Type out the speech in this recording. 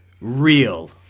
real